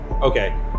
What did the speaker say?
Okay